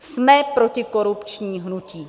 Jsme protikorupční hnutí.